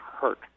hurt